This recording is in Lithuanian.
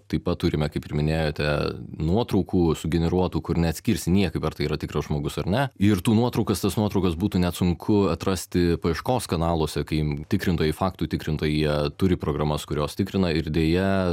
taip pat turime kaip ir minėjote nuotraukų sugeneruotų kur neatskirsi niekaip ar tai yra tikras žmogus ar ne ir tų nuotraukas tos nuotraukos būtų nesunku atrasti paieškos kanaluose kai tikrintojai faktų tikrintojai jie turi programas kurios tikrina ir deja